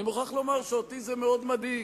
אני מוכרח לומר שאותי זה מאוד מדאיג.